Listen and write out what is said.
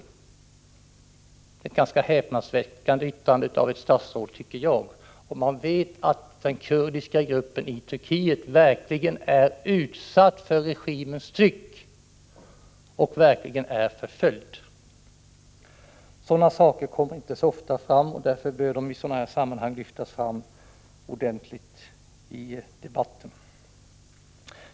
Det är ett ganska häpnadsväckande yttrande av ett statsråd, om man vet att den kurdiska gruppen i Turkiet är utsatt för regimens förtryck och verkligen är förföljd. Sådana saker kommer inte så ofta fram, och därför bör de i detta sammanhang lyftas fram ordentligt i debatten.